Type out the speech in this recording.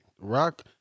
Rock